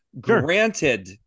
Granted